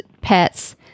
pets